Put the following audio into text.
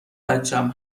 بچم